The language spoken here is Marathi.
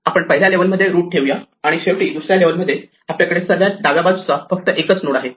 आपण पहिल्या लेव्हल मध्ये रूट ठेवूया आणि शेवटी दुसऱ्या लेव्हल मध्ये आपल्याकडे सर्वात डाव्या बाजूचा फक्त एकच नोड आहे